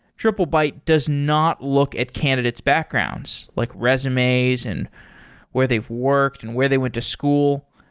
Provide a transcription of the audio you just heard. triplebyte does not look at candidate's backgrounds, like resumes and where they've worked and where they went to school.